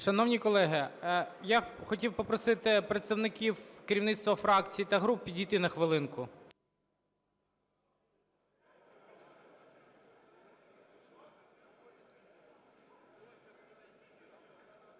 Шановні колеги, я хотів попросити представників керівництва фракцій та груп підійти на хвилинку.